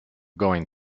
going